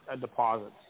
deposits